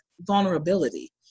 vulnerability